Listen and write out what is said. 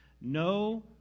no